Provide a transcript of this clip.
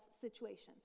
situations